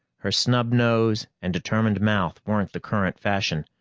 her snub nose and determined mouth weren't the current fashion,